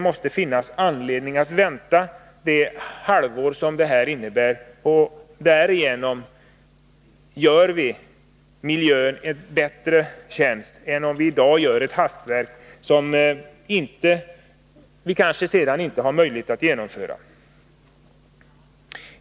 Det finns anledning att vänta ett halvår — därigenom gör vi miljön en bättre tjänst än om vi i dag utför ett hastverk, som vi sedan kanske inte har möjlighet att hantera.